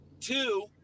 Two